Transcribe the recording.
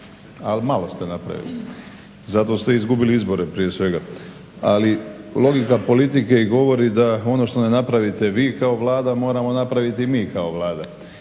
ali malo ste napravili zato ste izgubili izbore prije svega. Ali, logika politike i govori da ono što ne napravite vi kao Vlada moramo napraviti mi kao Vlada.